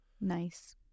Nice